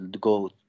go